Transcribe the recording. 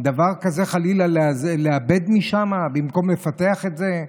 דבר כזה, חלילה, לאבד משם במקום לפתח את זה,